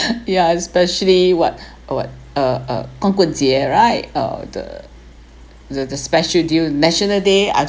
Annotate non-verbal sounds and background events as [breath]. [breath] yeah especially what [breath] uh what uh uh guanggun jie right uh the the the special deal national day I